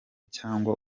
cyangwa